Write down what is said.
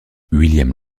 william